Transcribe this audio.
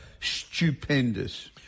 stupendous